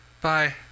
Bye